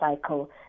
cycle